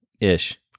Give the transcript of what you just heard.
Ish